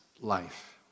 life